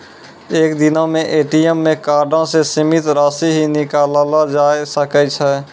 एक दिनो मे ए.टी.एम कार्डो से सीमित राशि ही निकाललो जाय सकै छै